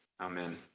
Amen